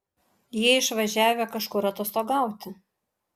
jie išvažiavę kažkur atostogauti